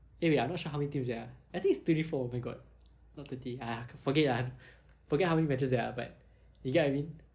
eh wait I'm not sure how many teams there are I think is twenty four oh my god not thirty ah forget ah forget how many matches there are but you get what I mean